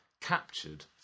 Captured